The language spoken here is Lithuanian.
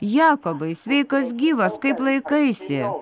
jakobai sveikas gyvas kaip laikaisi